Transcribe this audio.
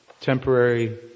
temporary